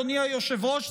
אדוני היושב-ראש,